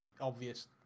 obvious